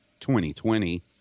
2020